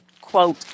quote